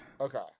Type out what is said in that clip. Okay